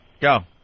Go